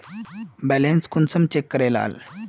Balance कुंसम check करे लाल?